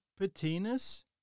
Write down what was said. patinas